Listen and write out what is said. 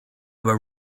were